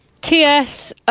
TS